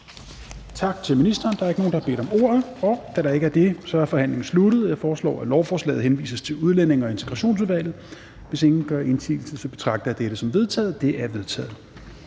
Tak til ministeren. Der er ikke nogen, der har bedt om ordet, og da der ikke er det, er forhandlingen sluttet. Jeg foreslår, at lovforslaget henvises til Udlændinge- og Integrationsudvalget. Hvis ingen gør indsigelse, betragter jeg dette som vedtaget. Det er vedtaget.